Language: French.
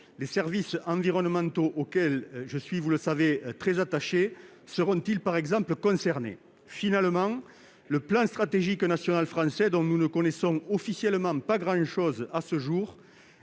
Les services environnementaux auxquels je suis attaché seront-ils, par exemple, concernés ? Troisièmement, le plan stratégique national français, dont nous ne connaissons officiellement pas grand-chose à ce jour,